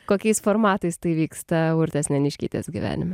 kokiais formatais tai vyksta urtės neniškytės gyvenime